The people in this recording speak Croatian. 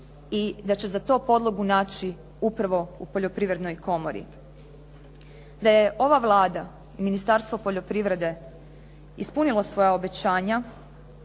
i da će za to podlogu naći upravo u Poljoprivrednoj komori. Da je ova Vlada, Ministarstvo poljoprivrede ispunilo svoja obećanja